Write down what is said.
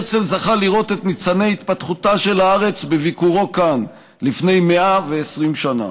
הרצל זכה לראות את ניצני התפתחותה של הארץ בביקורו כאן לפני 120 שנה.